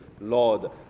Lord